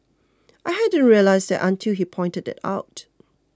I hadn't realised that until he pointed it out